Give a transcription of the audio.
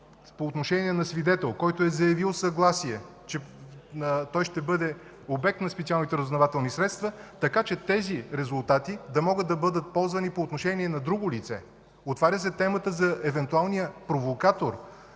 По отношение на свидетел, който е заявил съгласие, че той ще бъде обект на специалните разузнавателни средства, така че тези резултати да могат да бъдат ползвани и по отношение на друго, се отваря темата за евентуалния провокатор,